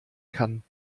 kann